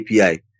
API